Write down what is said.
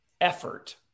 effort